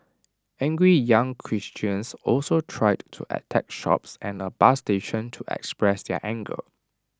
angry young Christians also tried to attack shops and A bus station to express their anger